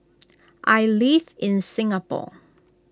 I live in Singapore